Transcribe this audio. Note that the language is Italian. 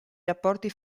rapporti